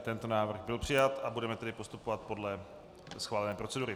Tento návrh byl přijat, budeme tedy postupovat podle schválené procedury.